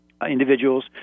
individuals